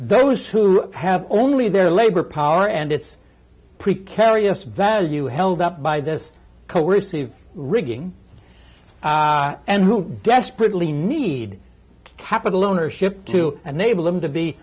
those who have only their labor power and it's precarious value held up by this coercive rigging and who desperately need capital ownership to unable to be